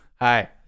Hi